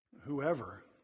Whoever